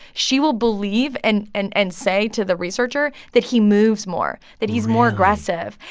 she will believe and and and say to the researcher that he moves more, that he's more aggressive